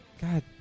God